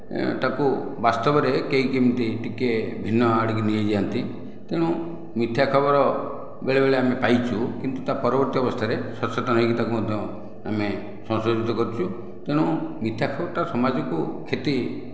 ତାକୁ ବାସ୍ତବରେ କେହି କେମିତି ଟିକିଏ ଭିନ୍ନ ଆଡ଼ିକି ନେଇଯାଆନ୍ତି ତେଣୁ ମିଥ୍ୟା ଖବର ବେଳେବେଳେ ଆମେ ପାଇଛୁ କିନ୍ତୁ ତା ପରବର୍ତ୍ତୀ ଅବସ୍ଥାରେ ସଚେତନ ହୋଇକି ତାକୁ ମଧ୍ୟ ଆମେ ସଂଶୋଧିତ କରିଛୁ ତେଣୁ ମିଥ୍ୟା ଖବରଟା ସମାଜକୁ କ୍ଷତି